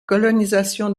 colonisation